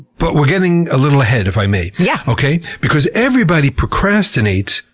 but we're getting a little ahead, if i may. yeah okay, because everybody procrastinates,